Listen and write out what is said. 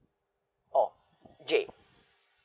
oh J